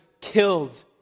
killed